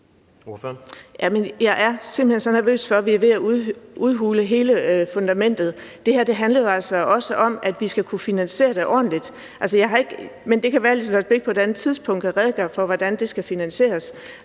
hen så nervøs for, at vi er ved at udhule hele fundamentet. Det her handler jo altså også om, at vi skal kunne finansiere det ordentligt, men det kan være, Liselott Blixt på et andet tidspunkt kan redegøre for, hvordan det skal finansieres.